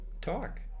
Talk